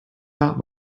not